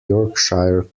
yorkshire